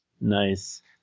Nice